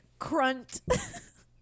Crunt